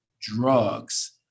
drugs